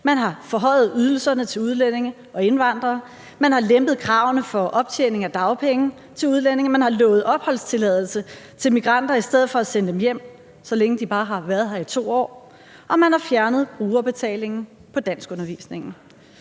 Man har forhøjet ydelserne til udlændinge og indvandrere, man har lempet kravene for optjening af dagpenge til udlændinge, man har lovet opholdstilladelse til migranter i stedet for at sende dem hjem, så længe de bare har været her i 2 år, og man har fjernet brugerbetalingen på danskundervisningen.